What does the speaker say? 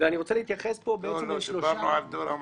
אני רוצה להתייחס פה לשלושה --- דיברנו על דור המעבר.